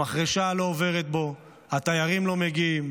המחרשה לא עוברת בו, התיירים לא מגיעים,